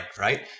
right